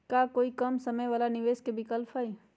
का कोई कम समय वाला निवेस के विकल्प हई?